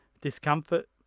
discomfort